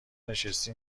نشستی